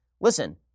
listen